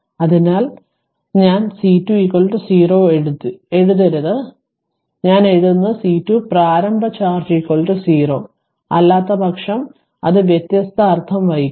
അതിനാൽ ഞാൻ C2 0 എഴുതരുത് ഞാൻ എഴുതുന്നത് C2 പ്രാരംഭ ചാർജ് 0 അല്ലാത്തപക്ഷം അത് വ്യത്യസ്ത അർത്ഥം വഹിക്കും